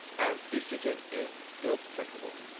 and estrogen is still detectable